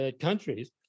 countries